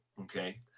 Okay